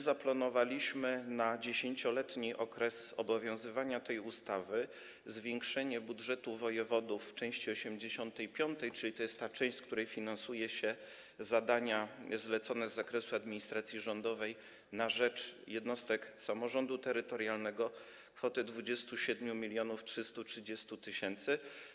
Zaplanowaliśmy na 10-letni okres obowiązywania tej ustawy zwiększenie budżetu wojewodów w części 85 - to jest ta część, z której finansuje się zadania zlecone z zakresu administracji rządowej na rzecz jednostek samorządu terytorialnego - kwotę 27 330 tys.